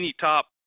top